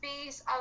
space